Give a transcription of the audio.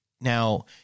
Now